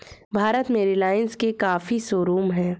भारत में रिलाइन्स के काफी शोरूम हैं